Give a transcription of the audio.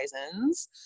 horizons